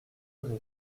ray